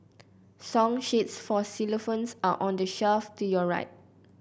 song sheets for xylophones are on the shelf to your right